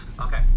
Okay